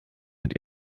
hat